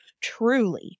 Truly